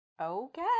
Okay